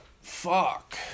Fuck